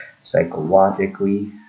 psychologically